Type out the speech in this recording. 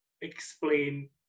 explain